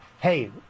hey